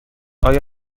آیا